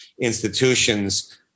institutions